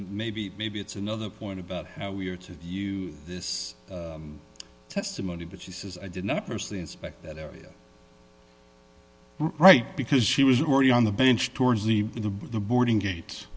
maybe maybe it's another point about how we are to use this testimony but she says i did not personally inspect that area right because she was already on the bench towards the the boarding gate